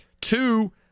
two